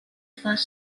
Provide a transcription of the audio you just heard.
faz